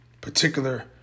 particular